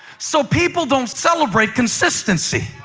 so people don't celebrate consistency.